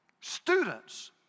Students